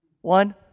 One